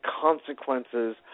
consequences